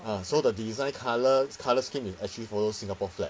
ah so the design colour colour scheme is actually follow singapore flag